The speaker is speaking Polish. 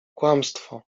kłamstwo